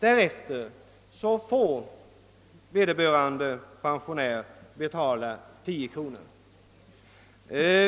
Därefter får emellertid vederbörande pensionär betala 10 kr.